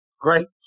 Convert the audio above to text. great